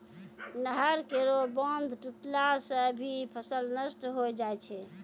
नहर केरो बांध टुटला सें भी फसल नष्ट होय जाय छै